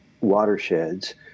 watersheds